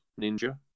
ninja